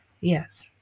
Yes